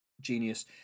genius